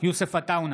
יוסף עטאונה,